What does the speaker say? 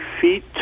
feet